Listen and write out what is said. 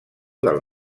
del